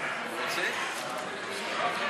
ההצבעה: בעד,